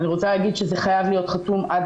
אני רוצה להגיד שזה חייב להיות חתום עד